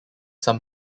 some